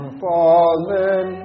fallen